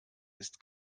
ist